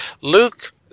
Luke